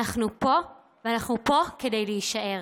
אנחנו פה, ואנחנו פה כדי להישאר.